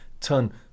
turn